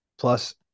Plus